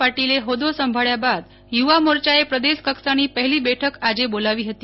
પાટિલે હોદ્દો સંભાળ્યા બાદ યુવા મોરચાએ પ્રદેશ કક્ષાની પહેલી બેઠક આજે બોલાવી હતી